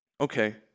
Okay